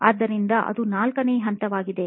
ಆದ್ದರಿಂದ ಅದು 4 ನೇ ಹಂತವಾಗಿರುತ್ತದೆ